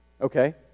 Okay